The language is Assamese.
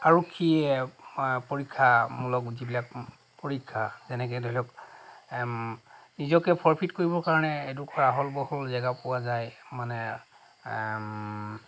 আৰক্ষীয়ে পৰীক্ষামূলক যিবিলাক পৰীক্ষা যেনেকৈ ধৰি লওক নিজকে ফৰফিট কৰিবৰ কাৰণে এডোখৰ আহল বহল জেগা পোৱা যায় মানে